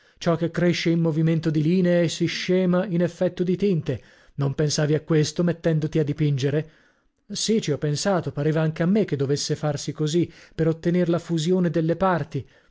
ciò che cresce in movimento di linee si scema in effetto di tinte non pensavi a questo mettendoti a dipingere sì ci ho pensato pareva anche a me che dovesse farsi così per ottener la fusione delle parti